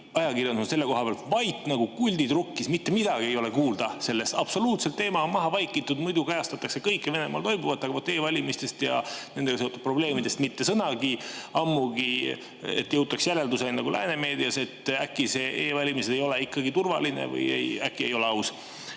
ajakirjandus on selle koha pealt vait nagu kult rukkis, mitte midagi ei ole kuulda sellest. Absoluutselt teema on maha vaikitud. Muidu kajastatakse kõike Venemaal toimuvat, aga vaat e‑valimistest ja nendega seotud probleemidest mitte sõnagi, ammugi et jõutaks järeldusele nagu lääne meedias, et äkki e-valimised ei ole ikkagi turvalised või äkki need